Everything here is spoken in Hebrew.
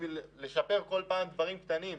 כדי לשפר כל פעם דברים קטנים.